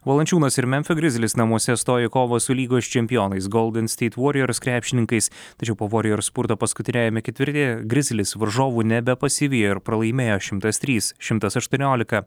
valančiūnas ir memfio grizlis namuose stojo į kovą su lygos čempionais golden steit vorijors krepšininkais tačiau po vorijor ir spurto paskutiniajame ketvirtyje grizlis varžovų nebepasivijo ir pralaimėjo šimtas trys šimtas aštuoniolika